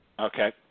Okay